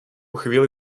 chvíli